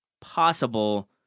possible